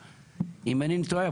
אם אינני טועה,